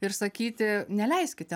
ir sakyti neleiskite